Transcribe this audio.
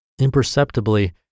imperceptibly